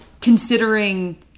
considering